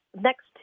next